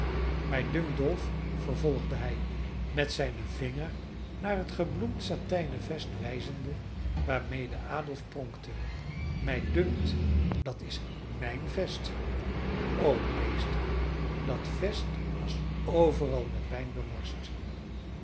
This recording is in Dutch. mij dunkt dolf vervolgde hij met zijnen vinger naar het gebloemd satijnen vest wijzende waarmede adolf pronkte mij dunkt dat is mijn vest o meester dat vest was overal met wijn